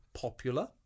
popular